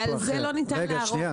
ועל זה לא ניתן לערור.